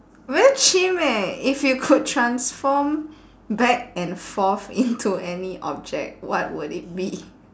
very chim eh if you could transform back and forth into any object what would it be